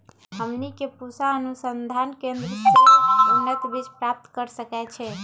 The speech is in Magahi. हमनी के पूसा अनुसंधान केंद्र से उन्नत बीज प्राप्त कर सकैछे?